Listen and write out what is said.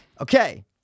Okay